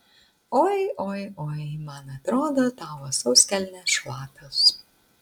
oi oi oi man atrodo tavo sauskelnės šlapios